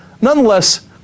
Nonetheless